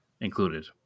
included